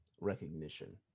recognition